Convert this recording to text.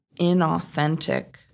inauthentic